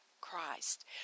Christ